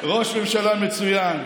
ראש ממשלה מצוין,